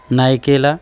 नायिकेला